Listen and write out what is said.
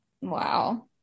Wow